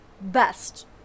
best